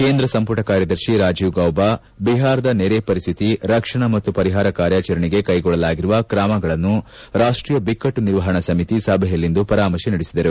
ಕೇಂದ್ರ ಸಂಪುಟ ಕಾರ್ಯದರ್ಶಿ ರಾಜೀವ್ ಗೌಬಾ ಬಿಹಾರದ ನೆರೆ ಪರಿಸ್ಥಿತಿ ರಕ್ಷಣಾ ಮತ್ತು ಪರಿಹಾರ ಕಾರ್ಯಾಚರಣೆಗೆ ಕೈಗೊಳ್ಳಲಾಗಿರುವ ತ್ರಮಗಳನ್ನು ರಾಷ್ಟೀಯ ಬಿಕ್ಕಟ್ಟು ನಿರ್ವಹಣಾ ಸಮಿತಿ ಸಭೆಯಲ್ಲಿಂದು ಪರಾಮರ್ಶೆ ನಡೆಸಿದರು